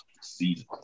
season